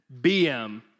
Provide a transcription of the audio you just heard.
BM